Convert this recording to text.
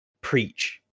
preach